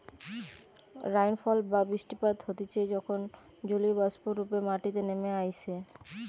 rainfall বা বৃষ্টিপাত হতিছে যখন জলীয়বাষ্প রূপে মাটিতে নেমে আইসে